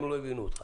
הם לא הבינו אותך.